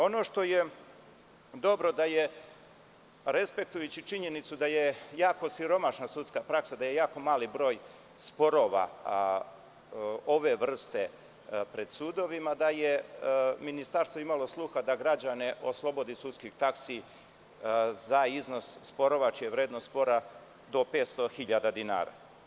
Ono što je dobro, respektujući činjenicu da je jako siromašna sudska praksa, da je jako mali broj sporova ove vrste pred sudovima, je da je ministarstvo imalo sluha da građane oslobodi sudskih taksi za iznos sporova čija je vrednost spora do 500 hiljada dinara.